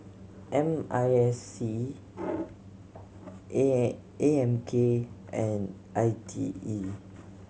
M I S C A M K and I T E